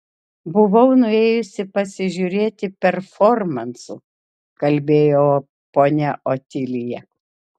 buvau nuėjusi pasižiūrėti performansų kalbėjo ponia otilija